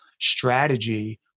Strategy